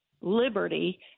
liberty